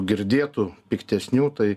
girdėtų piktesnių tai